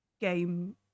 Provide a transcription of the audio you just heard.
game